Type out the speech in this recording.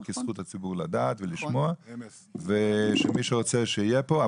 כי זכות הציבור לדעת ולשמוע ושמי שרוצה יהיה פה,